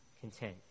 content